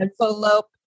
envelope